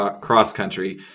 cross-country